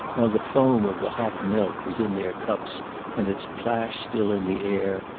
while the foam of the hot milk was in their cups and its plash still in the air,